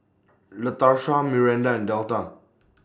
Latarsha Myranda and Delta